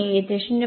येथे 0